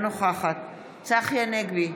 אינה נוכחת צחי הנגבי,